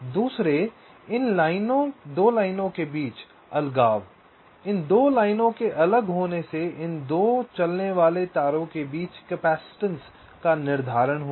दूसरे इन 2 लाइनों के बीच अलगाव इन 2 लाइनों के अलग होने से इन 2 चलने वाले तारों के बीच कैपेसिटेंस का निर्धारण होगा